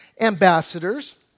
ambassadors